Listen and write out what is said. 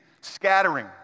scattering